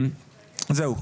זהו,